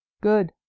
good